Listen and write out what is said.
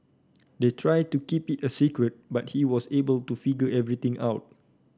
they tried to keep it a secret but he was able to figure everything out